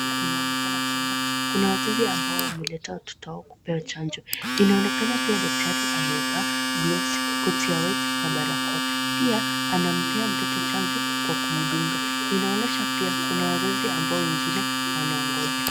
Inaonekana kwamba kuna wazazi ambao wameleta watoto wao kupewa chanjo, inaonekana pia daktari amevaa glovsi , koti ya white na barakoa, pia anampea mtoto chanjo kwa kumdunga, inaonyesha pia kuna wazazi ambao wengine wanaongoja.